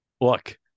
Look